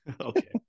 okay